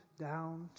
down